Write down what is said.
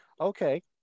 Okay